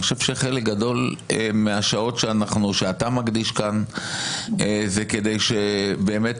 אני חושב שחלק גדול מהשעות שאתה מקדיש כאן כדי שבאמת